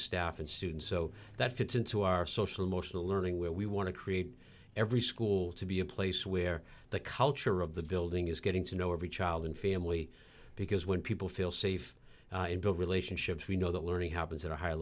staff and students so that fits into our social emotional learning where we want to create every school to be a place where the culture of the building is getting to know every child and family because when people feel safe and build relationships we know that learning how is it a high